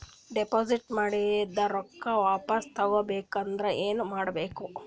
Deposit ಮಾಡಿದ ರೊಕ್ಕ ವಾಪಸ್ ತಗೊಬೇಕಾದ್ರ ಏನೇನು ಕೊಡಬೇಕು?